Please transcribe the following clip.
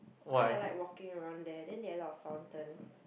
cause I like walking around there they a lot of fountains